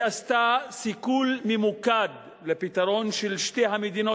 היא עשתה סיכול ממוקד לפתרון של שתי המדינות,